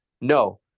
no